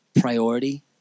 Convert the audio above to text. priority